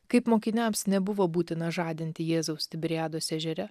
kaip mokiniams nebuvo būtina žadinti jėzaus tiberiados ežere